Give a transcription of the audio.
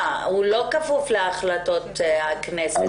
הוא לא כפוף להחלטות הכנסת?